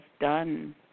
done